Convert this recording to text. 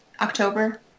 October